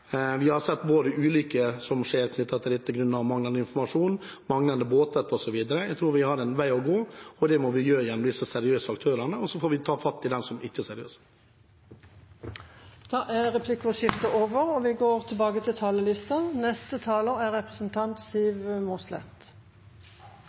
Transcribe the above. Vi har sett at det skjer ulykker i tilknytning til dette grunnet manglende informasjon, manglende båtvett osv. Jeg tror vi har en vei å gå. Det må vi gjøre gjennom de seriøse aktørene, og så får vi ta fatt i dem som ikke er seriøse. Replikkordskiftet er over. De talere som heretter får ordet, har også en taletid på inntil 3 minutter. Jeg er